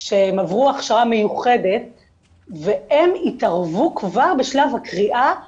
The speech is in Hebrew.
שהם עברו הכשרה מיוחדת והם התערבו כבר בשלב הקריאה למשטרה,